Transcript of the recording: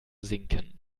sinken